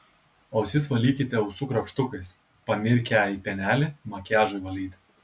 ausis valykite ausų krapštukais pamirkę į pienelį makiažui valyti